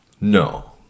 No